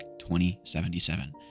2077